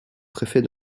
préfet